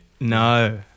No